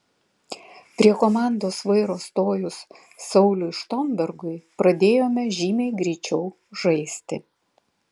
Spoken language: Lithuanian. prie komandos vairo stojus sauliui štombergui pradėjome žymiai greičiau žaisti